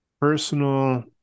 personal